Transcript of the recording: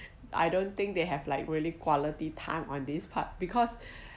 I don't think they have like really quality time on this part because